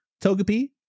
Togepi